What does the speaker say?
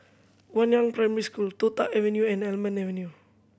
Guangyang Primary School Toh Tuck Avenue and Almond Avenue